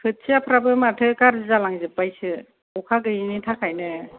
खोथियाफ्राब माथो गाज्रि जालांजोबबायसो अखा गैयैनि थाखायनो